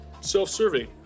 self-serving